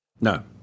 No